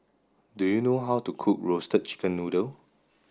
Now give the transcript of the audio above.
do you know how to cook roasted chicken noodle